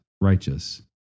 righteous